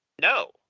No